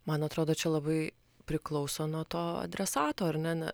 man atrodo čia labai priklauso nuo to adresato ar ne ne